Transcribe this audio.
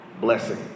blessing